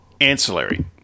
ancillary